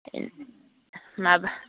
माबा